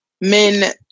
men